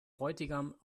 bräutigam